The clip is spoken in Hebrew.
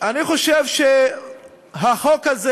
חושב שהחוק הזה